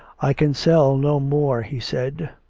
i can sell no more, he said.